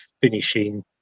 finishing